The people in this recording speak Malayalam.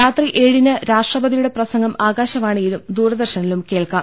രാത്രി ഏഴിന് രാഷ്ട്രപതിയുടെ പ്രസംഗം ആകാശവാണിയിലും ദൂരദർശനിലും കേൾക്കാം